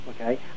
Okay